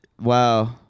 Wow